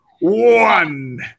one